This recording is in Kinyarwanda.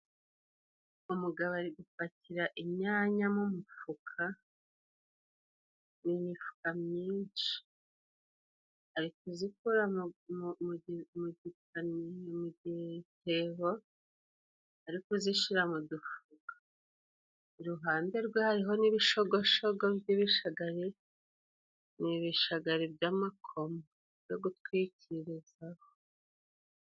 Umugabo ari gupakira inyanya mu mufuka, imifuka myinshi. Ari kuzikura mu mu mu gipani mu gitebo, ari ku zishira mu dufuka. Iruhande rwe hariho n'ibishogoshogo by'ibishagari, ni ibishagari by'amakoma yo gutwikirizaho.